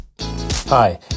Hi